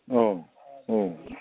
औ औ